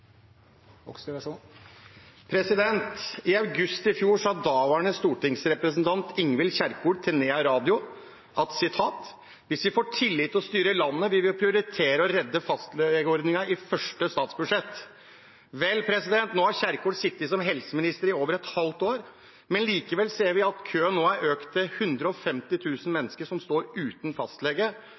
I august i fjor sa daværende stortingsrepresentant Ingvild Kjerkol til Nea Radio at: Hvis vi får tillit til å styre landet, vil vi bør prioritere å redde fastlegeordningen i første statsbudsjett. Vel, nå har Kjerkol sittet som helseminister i over et halvt år, men likevel ser vi at køen nå er økt til 150 000 mennesker som står uten fastlege.